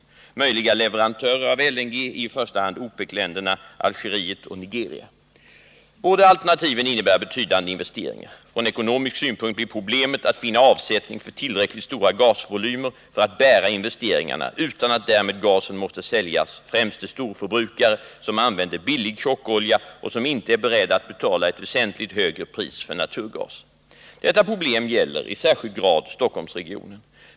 Möjliga leverantörer av LNG är i första hand OPEC-länderna Algeriet och Nigeria. Båda alternativen innebär betydande investeringar. Från ekonomisk synpunkt blir problemet att finna avsättning för tillräckligt stora gasvolymer för att bära investeringarna utan att därmed gasen måste säljas främst till storförbrukare, som använder billig tjockolja och som inte är beredda att betala ett väsentligt högre pris för naturgas. Detta problem gäller i särskilt hög grad Stockholmsregionen.